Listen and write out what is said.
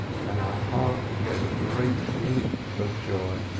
and her heart gave a great leap of joy.